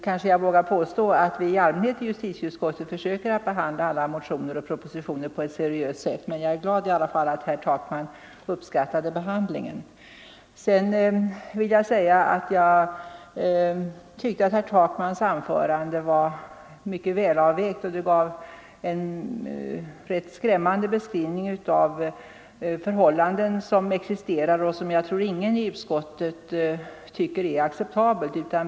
Kanske jag vågar påstå att vi i justitieutskottet försöker behandla alla motioner och propositioner på ett seriöst sätt, men jag är i alla fall glad över att herr Takman uppskattade behandlingen. Jag tyckte att herr Takmans anförande var mycket väl avvägt. Det gav en rätt skrämmande beskrivning av förhållanden som existerar och som jag tror ingen i utskottet tycker är acceptabla.